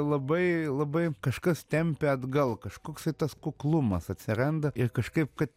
labai labai kažkas tempia atgal kažkoksai tas kuklumas atsiranda ir kažkaip kad